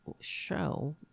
show